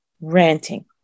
ranting